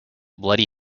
bloody